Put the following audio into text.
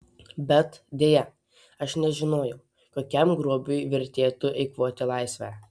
bet deja aš nežinojau kokiam grobiui vertėtų eikvoti laisvę